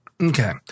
Okay